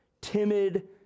timid